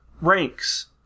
ranks